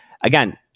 again